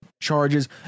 charges